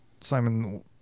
Simon